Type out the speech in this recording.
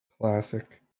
Classic